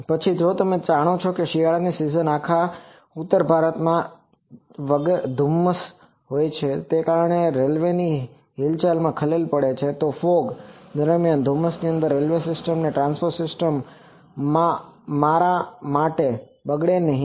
પછી જો તમે જાણો છો કે શિયાળાની સીઝન આખા ઉત્તર ભારતમાં આપણા દેશમાં ધુમ્મસ વગેરેને કારણે રેલ્વેની હિલચાલમાં ખલેલ પડે છે તો ફોગFogધુમ્મસ દરમિયાન ધુમ્મસની અંદર રેલવે સિસ્ટમ અથવા ટ્રાન્સપોર્ટેશન સિસ્ટમ મારામાંટેબગડે નહીં